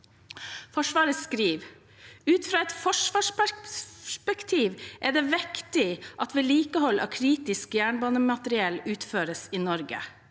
Forsvaret skriver: «Ut fra et forsvarsperspektiv er det viktig at vedlikehold av kritisk jernbanemateriell utføres i Norge.»